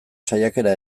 saiakera